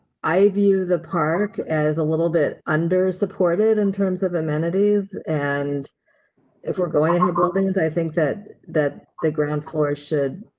i view the park as a little bit under supported in terms of amenities and if we're going to have both things, i think that that the ground floor should